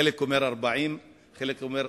חלק אומר 40 וחלק אומר 50,